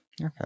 Okay